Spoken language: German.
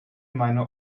meine